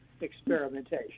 experimentation